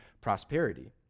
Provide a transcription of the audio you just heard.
prosperity